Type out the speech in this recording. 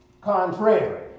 contrary